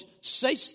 say